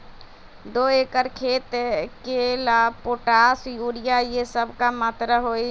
दो एकर खेत के ला पोटाश, यूरिया ये सब का मात्रा होई?